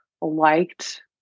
liked